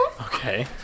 Okay